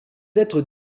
être